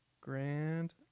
grand